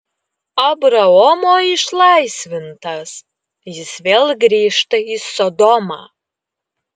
abraomo išlaisvintas jis vėl grįžta į sodomą